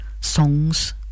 Songs